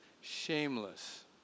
shameless